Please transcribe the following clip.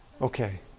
okay